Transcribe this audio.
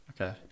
okay